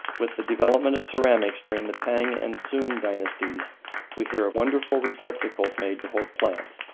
with the development of ceramics during the tang and sung dynasties we hear of wonderful receptacles made to hold plants,